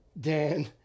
Dan